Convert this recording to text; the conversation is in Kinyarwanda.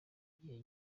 gihe